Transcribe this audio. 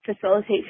facilitate